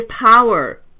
power